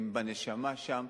הם בנשמה שם.